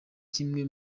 kimwe